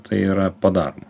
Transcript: tai yra padaroma